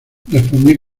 respondí